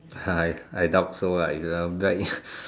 I I doubt so lah if I'm back